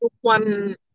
one